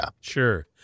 Sure